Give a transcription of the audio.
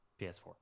PS4